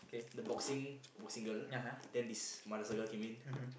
the boxing boxing girl then this mother saga came in